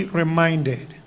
reminded